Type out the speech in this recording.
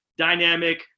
dynamic